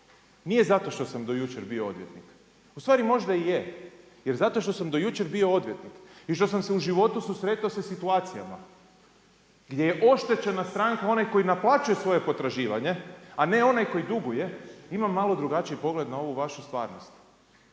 nije zato što sam do jučer bio odvjetnik, ustvari možda i je, jer zato što sam do jučer bio odvjetnik i što sam se u životu susretao sa situacijama gdje je oštećena stranka onaj koji naplaćuje svoje potraživanje, a ne onaj koji duguje, imam malo drugačiji pogled na ovu vašu stvarnost.